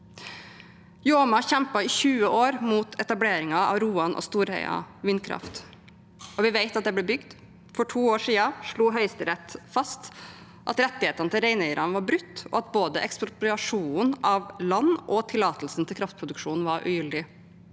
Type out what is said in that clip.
Jåma kjempet i 20 år mot etableringen av Roan og Storheia vindkraftverk, og vi vet at de ble bygd. For to år siden slo Høyesterett fast at rettighetene til reineierne var brutt, og at både ekspropriasjonen av land og tillatelsen til kraftproduksjon var ugyldig.